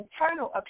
internal